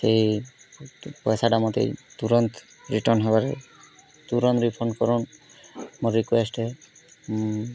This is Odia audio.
ଠିକ୍ ପଇସା ଟା ମୋତେ ତୁରନ୍ତ ରିଟର୍ନ ହେବାର୍ ତୁରନ୍ତ ରିଫଣ୍ଡ୍ କରନ୍ତୁ ମୋର ରିକ୍ୱେଷ୍ଟ ହେ ହୁଁ